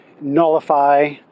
nullify